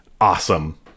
Awesome